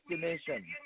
destination